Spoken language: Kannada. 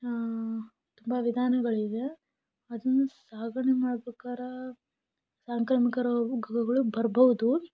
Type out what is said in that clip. ತುಂಬ ವಿಧಾನಗಳಿವೆ ಅದನ್ನು ಸಾಗಣೆ ಮಾಡ್ಬೇಕಾರೆ ಸಾಂಕ್ರಾಮಿಕ ರೋಗಗಳು ಬರಬಹುದು